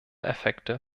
effekte